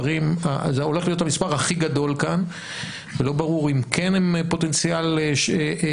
שזה הולך להיות המספר הכי גדול כאן ולא ברור אם כן הם פוטנציאל עולים,